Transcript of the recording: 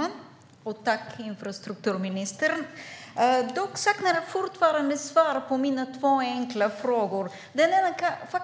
Herr talman! Tack, infrastrukturministern! Dock saknar jag fortfarande svar på mina två enkla frågor